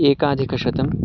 एकाधिकशतं